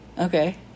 Okay